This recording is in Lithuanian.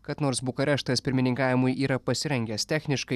kad nors bukareštas pirmininkavimui yra pasirengęs techniškai